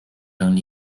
整理